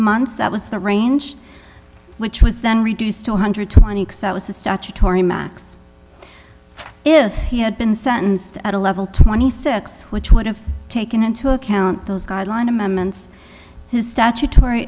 months that was the range which was then reduced to one hundred twenty six out was the statutory max if he had been sentenced at a level twenty six which would have taken into account those guideline amendments his statutory